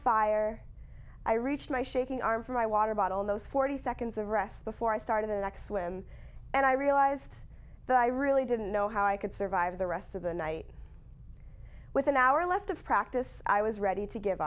fire i reached my shaking arm for my water bottle in those forty seconds of rest before i started the next swim and i realised that i really didn't know how i could survive the rest of the night with an hour left of practice i was ready to give